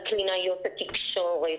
על קלינאיות התקשורת,